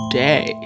day